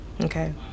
Okay